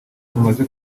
mumaze